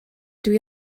dwi